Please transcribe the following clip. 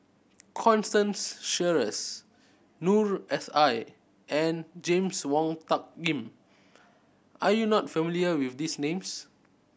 Constance Sheares Noor S I and James Wong Tuck Yim are you not familiar with these names